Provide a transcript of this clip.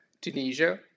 Tunisia